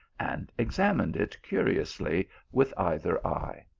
and examined it curiously with either eye.